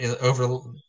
over